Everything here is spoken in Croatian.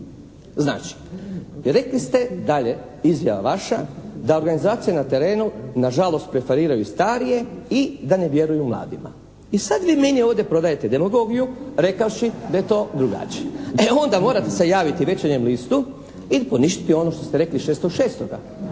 Znači, rekli ste dalje, izjava vaša: "da organizacija na terenu nažalost preferiraju starije i da ne vjeruju mladima". I sad vi meni ovdje prodajete demagogiju rekavši da je to drugačije. E onda, morate se javiti "Večernjem listu" ili poništiti ono što ste rekli 6.6.